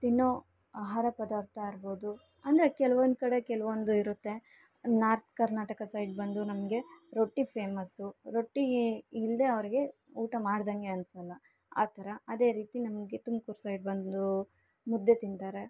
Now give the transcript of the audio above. ತಿನ್ನೋ ಆಹಾರ ಪದಾರ್ಥ ಇರಬೋದು ಅಂದರೆ ಕೆಲ್ವೊಂದು ಕಡೆ ಕೆಲವೊಂದು ಇರುತ್ತೆ ನಾರ್ತ್ ಕರ್ನಾಟಕ ಸೈಡ್ ಬಂದು ನಮಗೆ ರೊಟ್ಟಿ ಫೇಮಸು ರೊಟ್ಟಿ ಇಲ್ಲದೇ ಅವ್ರಿಗೆ ಊಟ ಮಾಡ್ದಂಗೆ ಅನ್ಸೋಲ್ಲ ಆ ಥರ ಅದೇ ರೀತಿ ನಮಗೆ ತುಮಕೂರು ಸೈಡ್ ಬಂದೂ ಮುದ್ದೆ ತಿಂತಾರೆ